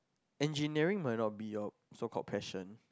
engineering might not be your so called passion